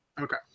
Okay